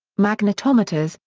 magnetometers,